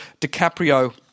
DiCaprio